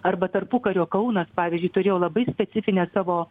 arba tarpukario kaunas pavyzdžiui turėjo labai specifinę savo